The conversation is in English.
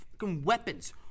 weapons